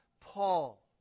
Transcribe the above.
Paul